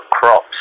crops